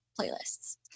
playlists